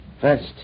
First